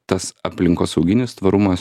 tas aplinkosauginis tvarumas